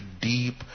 deep